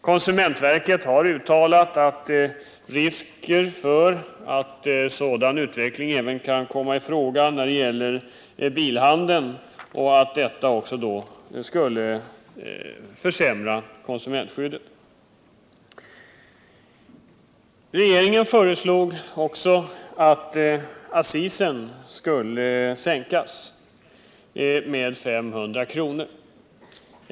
Konsumentverket har uttalat att det föreligger risker för att vi kan få en sådan utveckling även när det gäller bilhandeln och att vi alltså kan få en försämring av konsumentskyddet även här. Regeringen föreslår också att accisen skall sänkas med 500 kr.